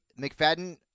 McFadden